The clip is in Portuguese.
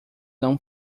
não